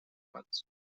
wins